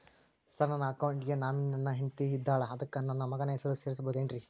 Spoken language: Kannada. ಸರ್ ನನ್ನ ಅಕೌಂಟ್ ಗೆ ನಾಮಿನಿ ನನ್ನ ಹೆಂಡ್ತಿ ಇದ್ದಾಳ ಅದಕ್ಕ ನನ್ನ ಮಗನ ಹೆಸರು ಸೇರಸಬಹುದೇನ್ರಿ?